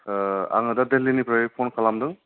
ओ आङो दा देलहिनिफ्राय फन खालामदों